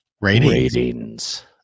ratings